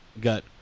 got